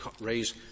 raise